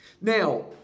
Now